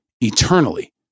eternally